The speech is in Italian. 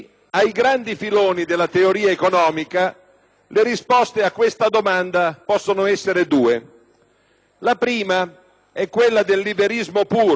La prima è quella del liberismo puro (il nostro Ministro dell'economia forse lo chiamerebbe fanatismo mercatista):